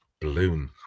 balloon